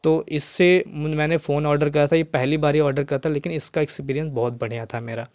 तो इससे मैंने फ़ोन ऑर्डर करा था ये पहली बार ही ऑर्डर करा था लेकिन इसका एक्सपीरिएंस बहुत बढ़िया था मेरा